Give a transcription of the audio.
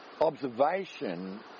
observation